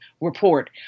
report